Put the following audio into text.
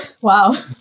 Wow